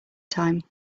time